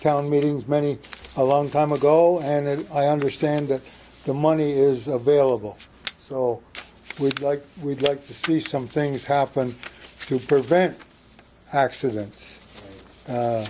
town meetings many a long time ago and i understand that the money is available so we like we'd like to see some things happen to prevent accidents